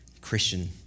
Christian